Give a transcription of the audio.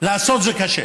לעשות זה קשה.